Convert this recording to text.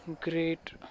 great